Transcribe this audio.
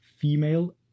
female